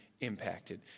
impacted